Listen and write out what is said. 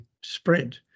spread